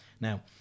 Now